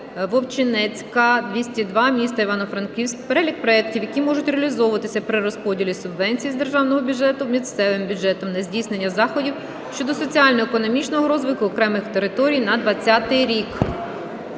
Вовчинецька, 202 міста Івано-Франківськ в перелік проектів, які можуть реалізовуватися при розподілі субвенції з державного бюджету місцевим бюджетам на здійснення заходів щодо соціально-економічного розвитку окремих територій на 20-й рік.